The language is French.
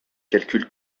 calcul